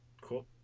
Cool